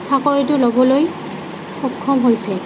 চাকৰিটো ল'বলৈ সক্ষম হৈছে